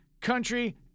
country